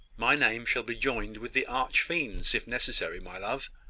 my name shall be joined with the arch-fiend's, if necessary, my love.